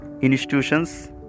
institutions